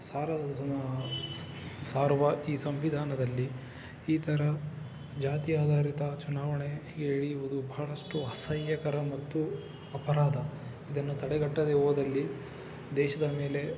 ಸಾರುವ ಈ ಸಾರುವ ಈ ಸಂವಿಧಾನದಲ್ಲಿ ಈ ಥರ ಜಾತಿ ಆಧಾರಿತ ಚುನಾವಣೆ ಎಳೆಯುವುದು ಬಹಳಷ್ಟು ಅಸಹ್ಯಕರ ಮತ್ತು ಅಪರಾಧ ಇದನ್ನು ತಡೆಗಟ್ಟದೆ ಹೋದಲ್ಲಿ ದೇಶದ ಮೇಲೆ